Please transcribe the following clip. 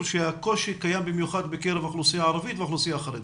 שהקושי קיים במיוחד בקרב האוכלוסייה הערבית והאוכלוסייה החרדית.